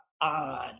on